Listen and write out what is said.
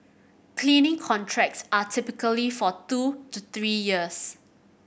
cleaning contracts are typically for two to three years